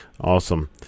awesome